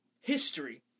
history